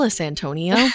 Antonio